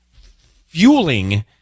fueling